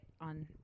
on